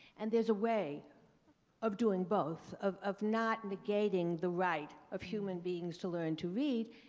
and there's a way of doing both, of of not negating the right of human beings to learn to read,